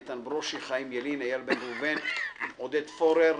איתן ברושי, חיים ילין, איל בן ראובן, עודד פורר,